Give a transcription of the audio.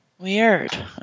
weird